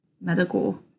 medical